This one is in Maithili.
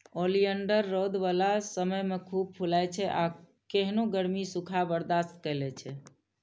ओलियंडर रौद बला समय मे खूब फुलाइ छै आ केहनो गर्मी, सूखा बर्दाश्त कए लै छै